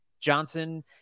Johnson